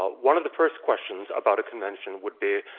ah one of the first questions about a convention would be,